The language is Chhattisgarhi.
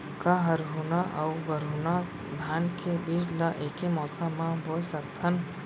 का हरहुना अऊ गरहुना धान के बीज ला ऐके मौसम मा बोए सकथन?